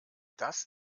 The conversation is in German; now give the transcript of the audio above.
das